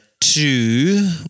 two